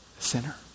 sinner